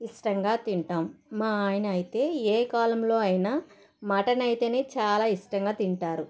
ఇష్టంగా తింటాం మా ఆయన అయితే ఏ కాలంలో అయినా మటన్ అయితేనే చాలా ఇష్టంగా తింటారు